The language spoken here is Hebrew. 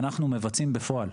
אנחנו מבצעים בפועל,